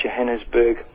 Johannesburg